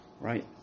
right